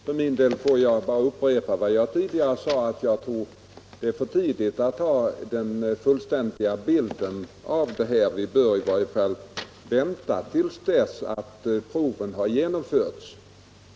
Jag vill bara upprepa vad jag tidigare sade, att jag tror att det är för tidigt att anse att man har den fullständiga bilden klar för sig. Vi bör i varje fall vänta till dess att proven har genomförts.